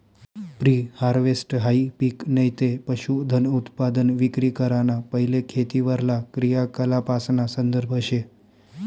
pre हारवेस्टहाई पिक नैते पशुधनउत्पादन विक्री कराना पैले खेतीवरला क्रियाकलापासना संदर्भ शे